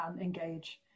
engage